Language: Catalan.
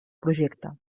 projecte